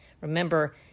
Remember